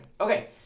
Okay